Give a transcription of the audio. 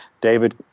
David